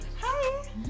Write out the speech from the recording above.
Hi